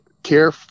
care